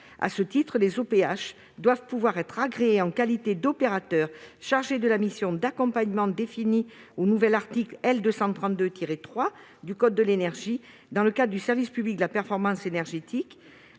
À ce titre, les OPH doivent pouvoir être agréés en qualité d'opérateurs chargés de la mission d'accompagnement définie au nouvel article L. 232-3 du code de l'énergie, dans le cadre du service public de la performance énergétique,